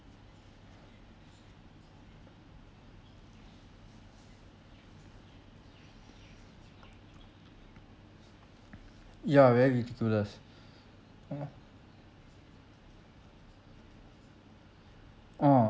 ya very ridiculous uh mm